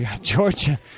Georgia